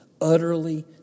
utterly